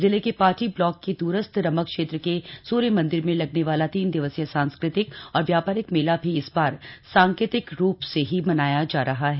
जिले के पाटी ब्लॉक के द्रस्थ रमक क्षेत्र के सूर्य मंदिर में लगने वाला तीन दिवसीय सांस्कृतिक और व्यापारिक मेला भी इस बार सांकेतिक रूप से ही से ही मनाया जा रहा है